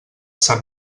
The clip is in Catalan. sant